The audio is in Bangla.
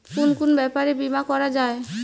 কুন কুন ব্যাপারে বীমা করা যায়?